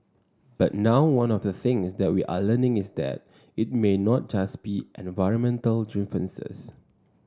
but now one of the things that we are learning is that it may not just be environmental differences